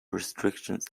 restrictions